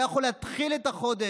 לא יכול להתחיל את החודש?